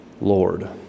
Lord